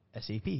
SAP